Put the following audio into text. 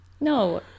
no